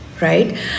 right